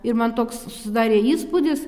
ir man toks susidarė įspūdis